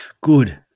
good